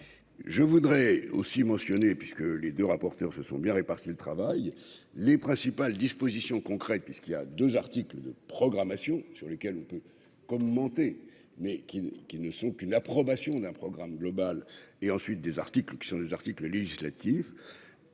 je voudrais aussi mentionné, puisque les 2 rapporteurs se sont bien réparti le travail : les principales dispositions concrètes puisqu'il y a 2 articles de programmation sur lesquels on peut commenter mais qui, qui ne sont qu'une approbation d'un programme global et ensuite des articles qui sont des articles législatifs,